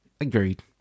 agreed